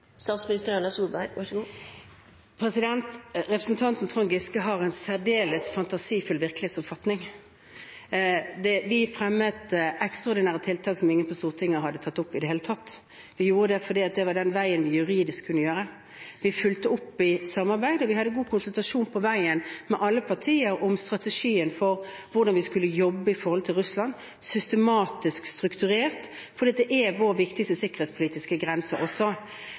Representanten Trond Giske har en særdeles fantasifull virkelighetsoppfatning. Vi fremmet ekstraordinære tiltak som ingen på Stortinget hadde tatt opp i det hele tatt, og vi gjorde det fordi det var den veien vi juridisk kunne gjøre det. Vi fulgte opp i samarbeid, og vi hadde god konsultasjon på veien med alle partier om strategien for hvordan vi skulle jobbe i forhold til Russland – systematisk, strukturert – for det er også vår viktigste sikkerhetspolitiske